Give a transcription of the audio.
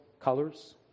colors